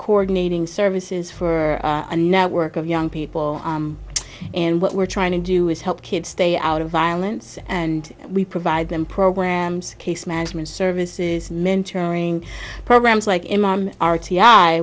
coordinating services for a network of young people and what we're trying to do is help kids stay out of violence and we provide them programs case management services mentoring programs like